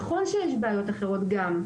נכון שיש בעיות אחרות גם,